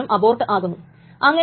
ഉദാഹരണത്തിൽ T 2 എന്ന് എടുക്കാം